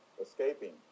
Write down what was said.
escaping